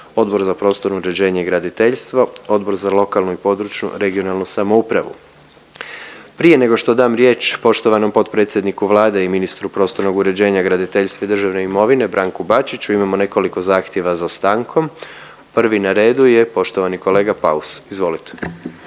Odbor za prostorno uređenje i graditeljstvo, Odbor za lokalnu i područnu regionalnu samoupravu. Prije nego što dam riječ poštovanom potpredsjedniku Vlade i ministru prostornog uređenja, graditeljstva i državne imovine Branku Bačiću imamo nekoliko zahtjeva za stankom, prvi na redu je poštovani kolega Paus, izvolite.